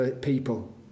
people